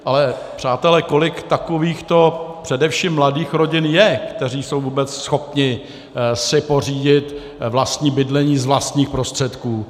Ale přátelé, kolik takovýchto především mladých rodin je, kteří jsou vůbec schopni si pořídit vlastní bydlení z vlastních prostředků?